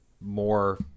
more